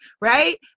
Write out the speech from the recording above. right